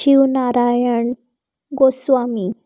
Shiv Narayan Goswami